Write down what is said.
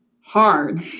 hard